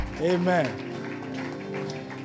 Amen